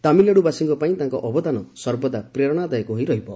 ତାମିଲନାଡ଼ୁବାସୀଙ୍କ ପାଇଁ ତାଙ୍କ ଅବଦାନ ସର୍ବଦା ପ୍ରେରଣାଦାୟକ ହୋଇ ରହିଥିଲା